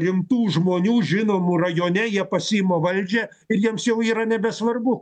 rimtų žmonių žinomų rajone jie pasiima valdžią ir jiems jau yra nebesvarbu